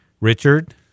Richard